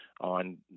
on